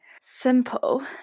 simple